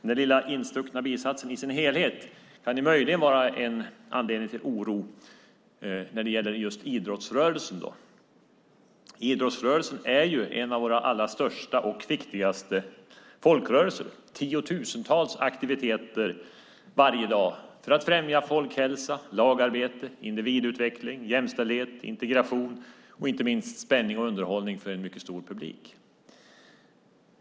Orden "i sin helhet" kan möjligen vara en anledning till oro när det gäller just idrottsrörelsen. Den är en av våra allra största och viktigaste folkrörelser med tiotusentals aktiviteter varje dag för att främja folkhälsa, lagarbete, individutveckling, jämställdhet, integration och inte minst spänning och underhållning för en mycket stor publik.